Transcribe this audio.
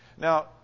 Now